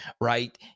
right